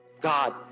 God